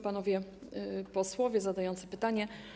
Panowie Posłowie zadający pytanie!